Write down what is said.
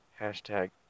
hashtag